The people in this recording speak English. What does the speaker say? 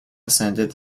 ascended